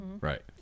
Right